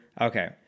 Okay